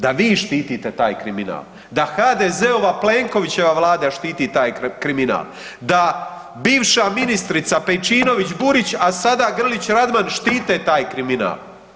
Da vi štitite taj kriminal, da HDZ-ova Plenkovićeva vlada štiti taj kriminal, da bivša ministrica Pejčinović Burić, a sada Grlić Radman štite taj kriminal.